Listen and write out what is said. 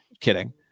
Kidding